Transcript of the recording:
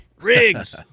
riggs